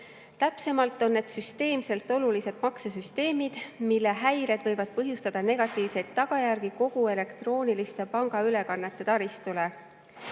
Täpsemalt öeldes on need süsteemselt olulised maksesüsteemid, mille häired võivad põhjustada negatiivseid tagajärgi kogu elektrooniliste pangaülekannete taristule. Eestis